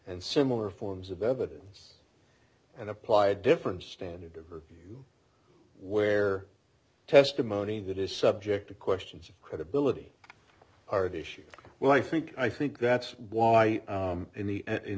and similar forms of evidence and apply a different standard of review where testimony that is subject to questions of credibility are at issue well i think i think that's why in the